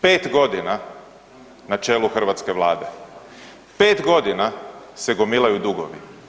5 godina na čelu hrvatske Vlade, 5 godina se gomilaju dugovi.